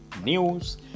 news